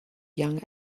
young